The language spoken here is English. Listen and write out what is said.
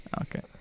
Okay